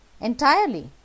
Entirely